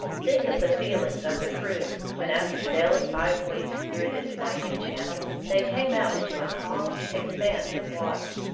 think of the feelings of the crew when, after sailing five weeks through this winding channel, they came out into a calm expanse of water.